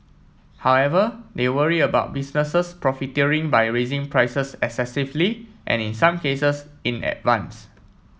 however they worry about businesses profiteering by raising prices excessively and in some cases in advance